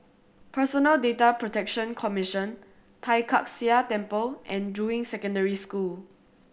Personal Data Protection Commission Tai Kak Seah Temple and Juying Secondary School